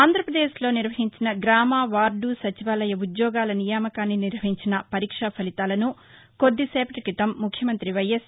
ఆంధ్రప్రదేశ్లో నిర్వహించిన గ్రామవార్లు సచివాలయ ఉద్యోగాల నియామకానికి నిర్వహించిన పరీక్ష ఫలితాలను కొద్ది సేపటి క్రితం ముఖ్యమంత్రి వైఎస్